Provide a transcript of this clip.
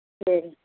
சரிங்க